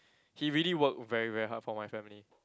he really work very very hard for my family